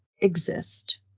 exist